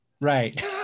right